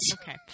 Okay